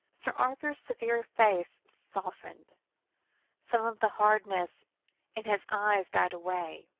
sir arthur's severe face softened some of the hardness in his eyes died away